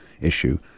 issue